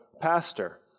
pastor